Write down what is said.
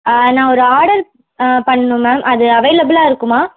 ஆ நான் ஒரு ஆடர் பண்ணும் மேம் அது அவைளபிலாக இருக்குமா